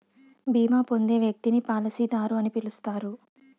బీమా పొందే వ్యక్తిని పాలసీదారు అని పిలుస్తారు